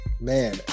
man